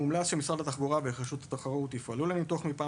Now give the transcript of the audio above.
מומלץ שמשרד התחבורה ורשות התחרות יפעלו מפעם